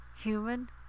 human